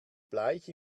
bleich